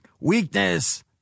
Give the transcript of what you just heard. weakness